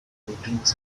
proteins